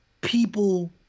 people